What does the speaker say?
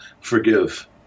forgive